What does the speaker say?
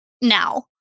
now